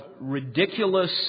ridiculous